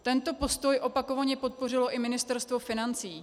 Tento postoj opakovaně podpořilo i Ministerstvo financí.